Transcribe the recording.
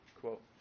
quote